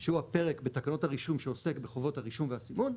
שהוא הפרק בתקנות הרישום שעוסק בחובות הרישום והסימון,